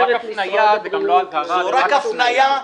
--- זו רק הפניה.